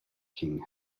king